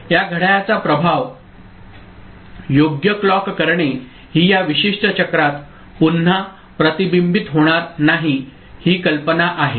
या घड्याळाचा प्रभाव योग्य क्लॉक करणे ही या विशिष्ट चक्रात पुन्हा प्रतिबिंबित होणार नाही ही कल्पना आहे